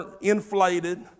Inflated